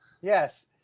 Yes